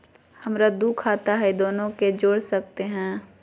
हमरा दू खाता हय, दोनो के जोड़ सकते है?